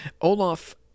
Olaf